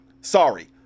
sorry